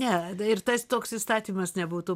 ne ir tas toks įstatymas nebūtų